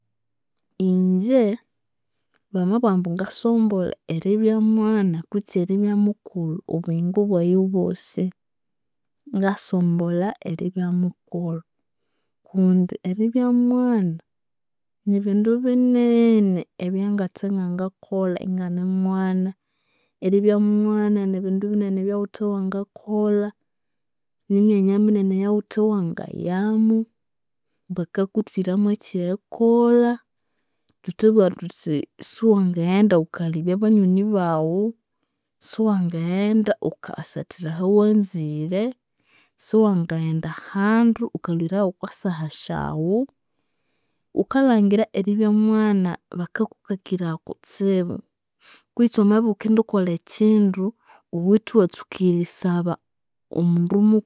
Inje bamabugha ambu ngasombolhe eribya mwana kutse eribya mukulhu obuyingo bwayi obwosi, ngasombolha eribya mukulhu kundi eribya mwana nibindu binene ebyangathe ngangakolha ingane mwana, eribya mwana nibindu binene ebyaghuthe wangakolha, nimyanya minene eyughuthe wangayamu, bakakuthwiramu ekyerikolha, thuthabugha thuthi siwangaghenda ghukayalebya banyoni baghu, siwangaghenda ghukayasathira ahawanzire, siwangaghenda ahandu ghukalhwirahu okwasaha syaghu, ghukalhangira eribya mwana, bakakukakiraya kutsibu kutse wamabya ighukendikolha ekyindu, ghuwithe iwatsuka erisaba omundu